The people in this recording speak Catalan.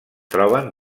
troben